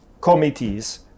committees